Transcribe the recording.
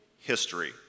history